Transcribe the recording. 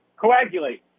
Coagulate